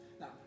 Now